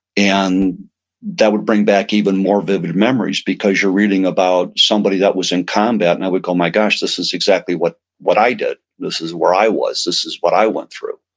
and that would bring back even more vivid memories because you're reading about somebody that was in combat and i would go, my gosh, this is exactly what what i did. this is where i was. this is what i went through.